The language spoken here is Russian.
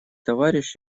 товарищ